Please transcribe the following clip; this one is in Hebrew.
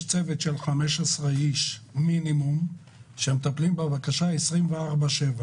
יש צוות של 15 אנשים לכל הפחות שמטפל בבקשה 24/7,